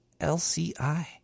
LCI